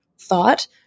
thought